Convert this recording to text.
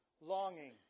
longing